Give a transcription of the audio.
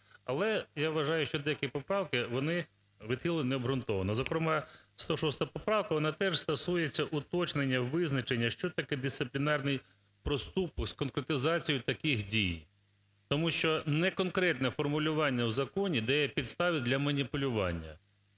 Але я вважаю, що деякі поправки вони відхилили необґрунтовано. Зокрема 106 поправка, вона теж стосується уточнення визначення що таке дисциплінарний проступок з конкретизацією таких дій. Тому що неконкретне формулювання в законі дає підстави для маніпулювання.